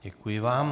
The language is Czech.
Děkuji vám.